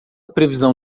previsão